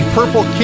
Purple